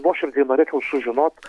nuoširdžiai norėčiau sužinot